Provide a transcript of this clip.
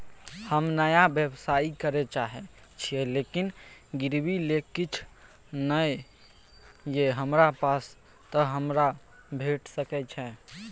हम नया व्यवसाय करै चाहे छिये लेकिन गिरवी ले किछ नय ये हमरा पास त हमरा भेट सकै छै?